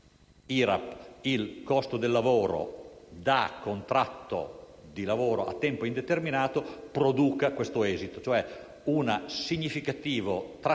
IRAP il costo del lavoro da contratto di lavoro a tempo indeterminato, producano questo esito, cioè un significativo trasferimento